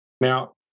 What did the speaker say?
now